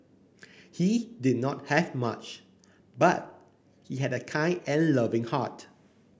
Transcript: he did not have much but he had a kind and loving heart